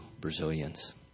Brazilians